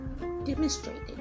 demonstrated